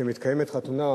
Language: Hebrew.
כאשר מתקיימת חתונה,